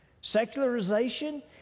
Secularization